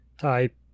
type